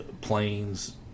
planes